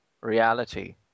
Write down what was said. reality